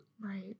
Right